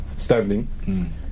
standing